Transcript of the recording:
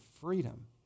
freedom